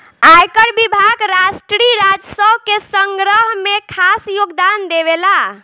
आयकर विभाग राष्ट्रीय राजस्व के संग्रह में खास योगदान देवेला